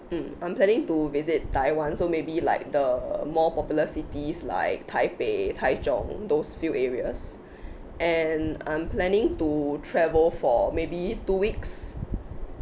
mm I'm planning to visit taiwan so maybe like the more popular cities like taipei taichung those few areas and I'm planning to travel for maybe two weeks